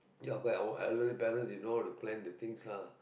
ya okay oh I learn it balance you know how to plan the things lah